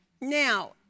Now